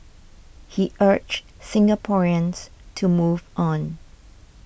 he urged Singaporeans to move on